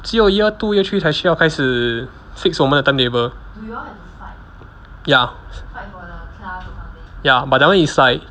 只有 year two year three 才需要开始 fix 我们的 timetable ya ya but that [one] is like